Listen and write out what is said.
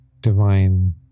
Divine